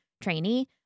trainee